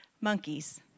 Monkeys